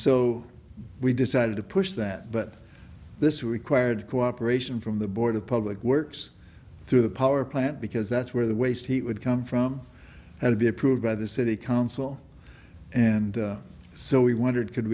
so we decided to push that but this required cooperation from the board of public works through the power plant because that's where the waste heat would come from had to be approved by the city council and so we wondered could